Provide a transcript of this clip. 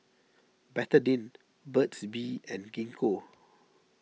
Betadine Burt's Bee and Gingko